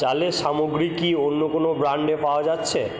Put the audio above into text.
চালের সামগ্রী কি অন্য কোনও ব্র্যাণ্ডে পাওয়া যাচ্ছে